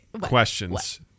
Questions